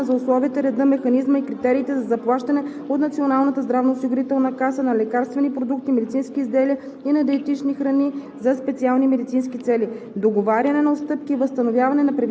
т. 2 от Наредба № 10 от 2009 г. за условията, реда, механизма и критериите за заплащане от Националната здравноосигурителна каса на лекарствени продукти, медицински изделия и на диетични храни